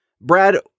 Brad